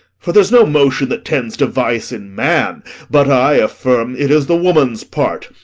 for there's no motion that tends to vice in man but i affirm it is the woman's part.